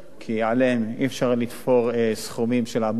כי עליהם אי-אפשר לתפור סכומים של עמלות,